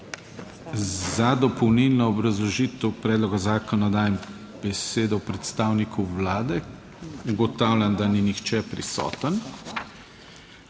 Za dopolnilno obrazložitev predloga zakona dajem besedo predstavniku Vlade. Ugotavljam, da ni nihče prisoten.